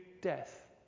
death